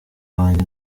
wanjye